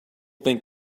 think